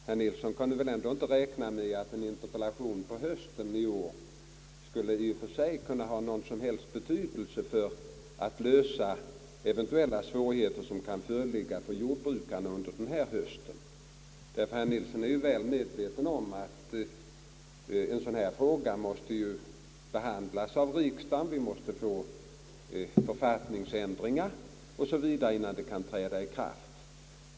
Herr Nilsson kan väl ändå inte räkna med att en interpellation på hösten i år i och för sig skulle ha någon som helst betydelse för att lösa eventuella svårigheter för jordbrukarna under den innevarande hösten. Herr Nilsson är ju väl medveten om att en fråga som denna måste behandlas av riksdagen, vi måste få en författningsändring o. s. v., innan en ändring kan träda i kraft.